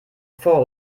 vor